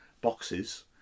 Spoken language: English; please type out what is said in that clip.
boxes